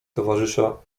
towarzysza